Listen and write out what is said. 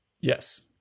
yes